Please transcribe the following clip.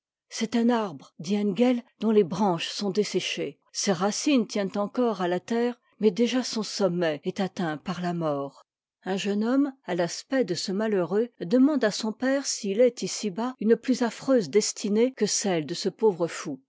c'est un arbre dit engel dont les branches sont desséchées ses racines tiennent encore à la terre mais déjà son sommet est atteint par la mort un jeune homme à l'aspect de ce malheureux demande à son père s'il est ici-bas une plus affreuse destinée que celle de ce pauvre fou